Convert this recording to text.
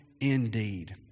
indeed